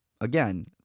Again